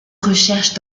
recherches